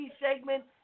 segment